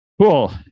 Cool